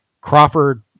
Crawford